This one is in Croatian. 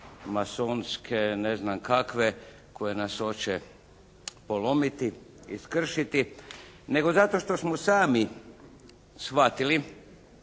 masonske, ne znam kakve, koje nas hoće polomiti i skršiti nego zato što smo sami shvatili